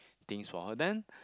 things for her then